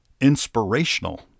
inspirational